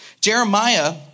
Jeremiah